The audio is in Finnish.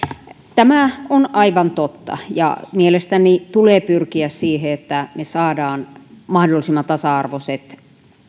tämä on aivan totta ja mielestäni tulee pyrkiä siihen että me saamme mahdollisimman tasa arvoiset